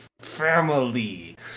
family